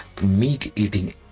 meat-eating